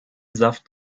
saft